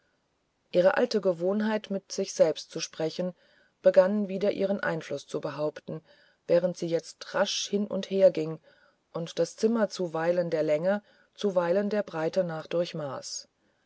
ihre alte gewohnheit mit sich selbst zu sprechen begann wieder ihren einfluß zu behaupten während sie jetzt rasch hin und her ging und das zimmer zuweilen der länge zuweilen der breite nach durchmaß